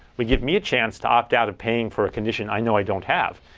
would give me a chance to opt out of paying for a condition i know i don't have.